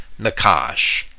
Nakash